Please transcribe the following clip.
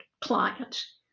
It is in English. clients